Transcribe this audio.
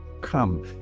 come